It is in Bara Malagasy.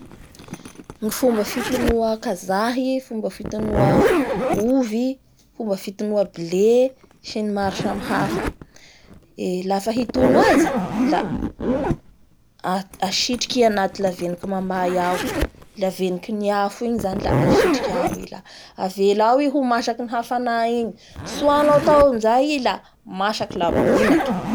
Ny fomba fitonoy kazahy ny fomba fitonoa ovy, fomba fitonoa be sy ny maro samy hafa. Ee lafa hitono azy la asitriky anaty avenoky mahamay ao. Lavenoky ny afo igny zany a asitriky ao i a avela ao i ho masaky ny hafana igny tsoanao tao amizay i la masaky la bonaky